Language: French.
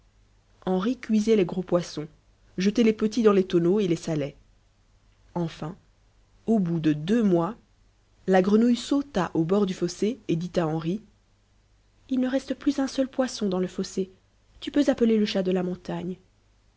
henri cuisait les gros poissons jetait les petits dans les tonneaux et les salait enfin au bout de deux mois la grenouille sauta au bord du fossé et dit à henri il ne reste plus un seul poisson dans le fossé tu peux appeler le chat de la montagne